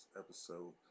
episode